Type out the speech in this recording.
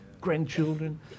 grandchildren